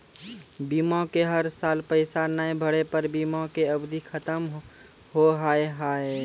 बीमा के हर साल पैसा ना भरे पर बीमा के अवधि खत्म हो हाव हाय?